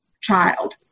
child